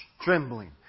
trembling